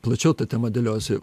plačiau ta tema dėliojasi